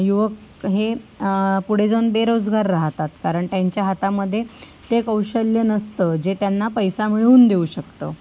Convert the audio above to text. युवक हे पुढे जाऊन बेरोजगार राहतात कारण त्यांच्या हातामध्ये ते कौशल्य नसतं जे त्यांना पैसा मिळवून देऊ शकतं